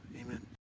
amen